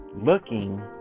looking